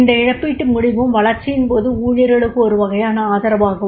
இந்த இழப்பீட்டு முடிவும் வளர்ச்சியின் போது ஊழியர்களுக்கு ஒரு வகையான ஆதரவாகும்